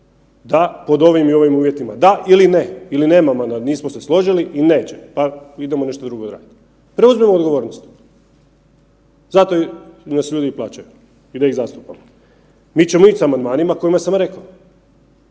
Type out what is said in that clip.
da pod ovim i ovim uvjetima da ili ne ili …/Govornik se ne razumije/… nismo se složili ili nećemo, pa idemo nešto drugo raditi. Preuzmimo odgovornost, zato nas ljudi i plaćaju i da ih zastupamo. Mi ćemo ić s amandmanima kojima sam reko.